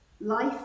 life